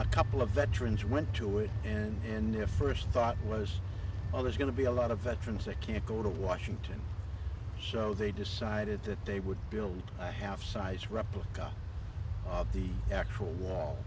a couple of veterans went to it and in their first thought was always going to be a lot of veterans they can't go to washington so they decided that they would build a half size replica of the actual wall